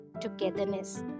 togetherness